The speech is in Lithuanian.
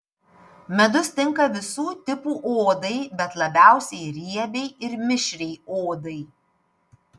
medus tinka visų tipų odai bet labiausiai riebiai ir mišriai odai